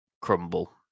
crumble